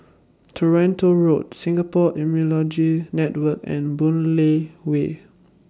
Toronto Road Singapore Immunology Network and Boon Lay Way